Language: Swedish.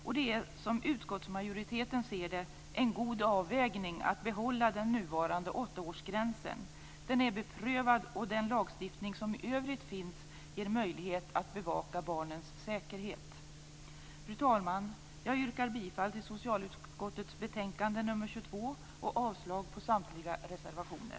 Det är som utskottsmajoriteten ser det en god avvägning att behålla den nuvarande åttaårsgränsen. Den är beprövad, och den lagstiftning som i övrigt finns ger möjlighet att bevaka barnens säkerhet. Fru talman! Jag yrkar bifall till hemställan i socialutskottets betänkande nr 22 och avslag på samtliga reservationer.